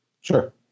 Sure